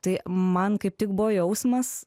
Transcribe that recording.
tai man kaip tik buvo jausmas